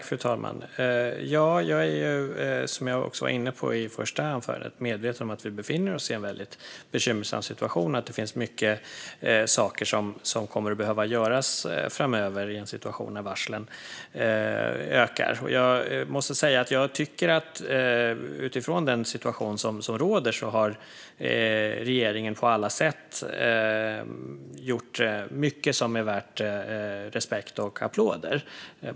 Fru talman! Som jag var inne på i första anförandet är jag medveten om att vi befinner oss i en väldigt bekymmersam situation och att det finns mycket saker som kommer att behöva göras framöver i en situation där varslen ökar. I den situation som råder har regeringen på alla sätt gjort mycket som är värt respekt och applåder.